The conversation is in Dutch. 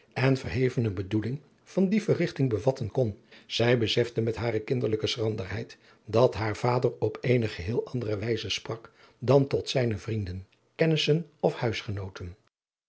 en verhevene bedoeling van die verrigting bevatten kon zij besefte met hare kinderlijke schranderheid dat haar vader op eene geheele andere wijze sprak dan tot zijne vrienden kennissen of huisgenooten